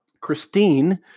Christine